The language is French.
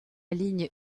lignée